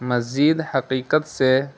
مزید حقیقت سے